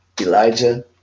Elijah